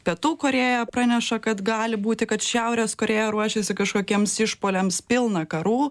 pietų korėja praneša kad gali būti kad šiaurės korėja ruošiasi kažkokiems išpuoliams pilna karų